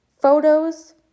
photos